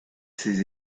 ses